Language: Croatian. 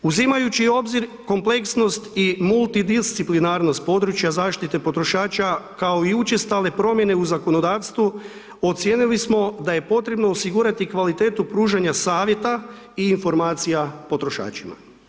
Uzimajući u obzir kompleksnost i multidisciplinarnost područja zaštite potrošača kao i učestale promjene u zakonodavstvu ocijenili smo da je potrebno osigurati kvalitetu pružanja savjeta i informacija potrošačima.